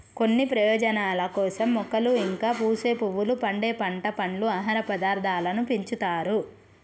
కొన్ని ప్రయోజనాల కోసం మొక్కలు ఇంకా పూసే పువ్వులు, పండే పంట, పండ్లు, ఆహార పదార్థాలను పెంచుతారు